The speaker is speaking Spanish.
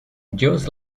dios